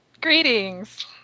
greetings